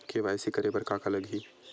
KYC करे बर का का लगही?